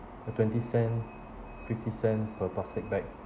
a twenty cent fifty cent per plastic bag